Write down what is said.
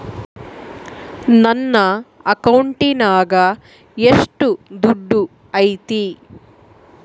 ನನ್ನ ಅಕೌಂಟಿನಾಗ ಎಷ್ಟು ದುಡ್ಡು ಐತಿ?